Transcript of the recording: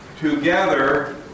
together